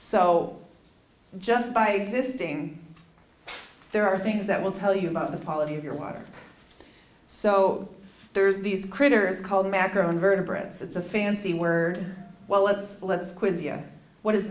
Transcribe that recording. so just by existing there are things that will tell you about the polity of your water so there's these critters called macro invertebrates that's a fancy word well let's let's cuisia what